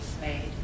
made